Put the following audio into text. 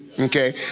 okay